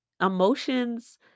emotions